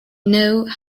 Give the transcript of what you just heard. know